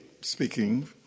speaking